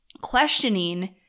questioning